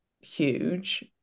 huge